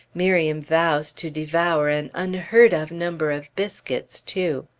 miriam vows to devour an unheard-of number of biscuits, too.